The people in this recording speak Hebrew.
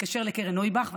התקשר לקרן נויבך,